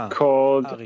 called